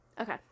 Okay